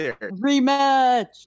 Rematch